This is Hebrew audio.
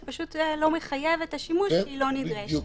זה פשוט לא מחייב את השימוש כי היא לא נדרשת.